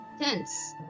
tense